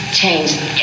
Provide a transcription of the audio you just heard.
change